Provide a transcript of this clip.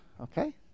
Okay